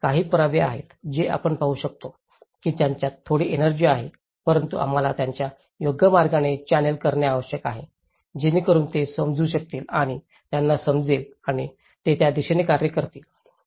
हे काही पुरावे आहेत जे आपण पाहू शकतो की त्यांच्यात थोडी एनर्जी आहे परंतु आम्हाला त्यांना योग्य मार्गाने चॅनेल करणे आवश्यक आहे जेणेकरुन ते समजू शकतील आणि त्यांना समजेल आणि ते त्या दिशेने कार्य करतील